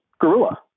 gorilla